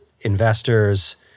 investors